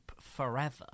forever